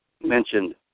mentioned